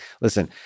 Listen